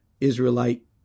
Israelite